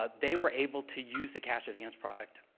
ah they were able to use the cash advance product